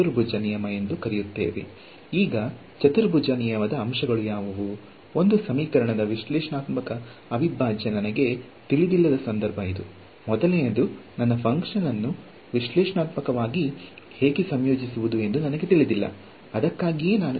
ವಿದ್ಯಾರ್ಥಿ ಏಕೆಂದರೆ ನಾವು 0 ಅನ್ನು ಬಳಸುವಾಗ ಹೆಚ್ಚಿನ ಫಂಕ್ಷನ್ ಗಳಿಂದ ನಾವು ಈ ಅಂಶಗಳನ್ನು ನಿರ್ಧರಿಸಿದ್ದೇವೆ ಏಕೆಂದರೆ ಏನಾದರೂ ಟ್ರೆಪೆಜಾಯಿಡಲ್ನಂತೆ ಕಾಣುತ್ತದೆ ಆಗ ನಾವು ಆ ವಿಭಾಗವನ್ನು ತೆಗೆದುಕೊಳ್ಳಬೇಕಾಗುತ್ತದೆ ಇಲ್ಲ ನಿಜವಾಗಿಯೂ ನಾವು ಏನು ಮಾಡಿದ್ದೇವೆಂದರೆ ನಾವು ಇಲ್ಲಿ x ಅಕ್ಷವನ್ನು ತೆಗೆದುಕೊಂಡಿದ್ದೇವೆ ನಾವು ಅದನ್ನು ಏಕರೂಪದಲ್ಲಿ ಕತ್ತರಿಸಿದ್ದೇವೆ ಈ ಅಂಕಗಳು